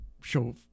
show